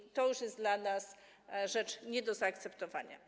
I to już jest dla nas rzecz nie do zaakceptowania.